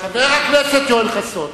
חבר הכנסת יואל חסון,